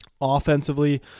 offensively